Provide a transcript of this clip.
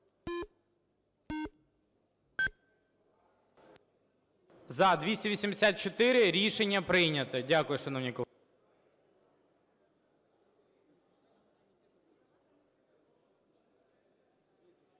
За-284 Рішення прийнято. Дякую, шановні колеги.